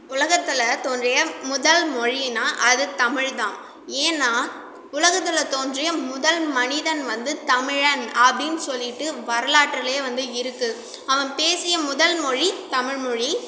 உலகத்தில் தோன்றிய முதல் மொழின்னா அது தமிழ் தான் ஏன்னா உலகத்தில் தோன்றிய முதல் மனிதன் வந்து தமிழன் அப்படின்னு சொல்லிவிட்டு வரலாற்றுலையே வந்து இருக்கு அவன் பேசிய முதல் மொழி தமிழ்மொழி